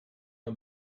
her